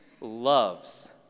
loves